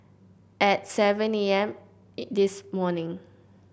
at seven A M this morning